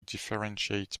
differentiate